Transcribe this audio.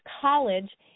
college